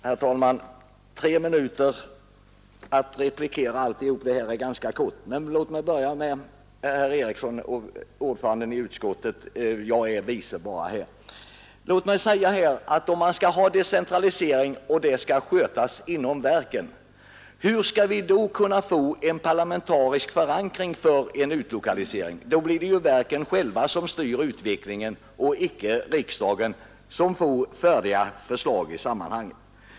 Herr talman! Tre minuter för att replikera alltihop det här är ganska kort. Men låt mig börja med herr Eriksson i Arvika, utskottets ordförande; jag är ju bara vice. Om vi skall ha en decentralisering som skall skötas inom verken, hur skall vi då kunna få en parlamentarisk förankring av en utlokalisering? Då blir det ju verken själva som styr utvecklingen och icke riksdagen, som får färdiga förslag i sammanhanget.